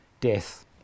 death